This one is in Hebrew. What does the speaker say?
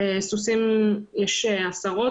סוסים יש עשרות,